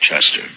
Chester